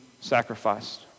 sacrificed